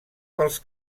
pels